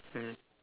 mmhmm